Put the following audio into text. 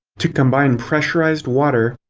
to combine pressurized water,